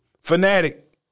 Fanatic